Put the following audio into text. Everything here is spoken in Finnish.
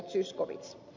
zyskowicz